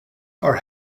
are